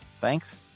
Thanks